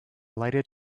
lighted